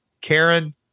Karen